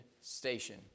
station